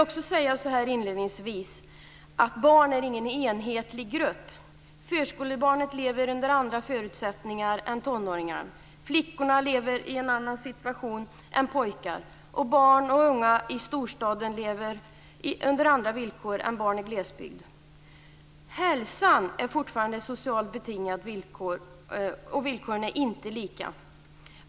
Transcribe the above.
Barn är ingen enhetlig grupp. Förskolebarnet lever under andra förutsättningar än tonåringen. Flickorna lever i en annan situation än pojkar. Barn och unga i storstaden lever under andra villkor än barn i glesbygd. Hälsan är fortfarande ett socialt betingat villkor, och villkoren är inte lika.